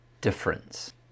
difference